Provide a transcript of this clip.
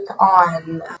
on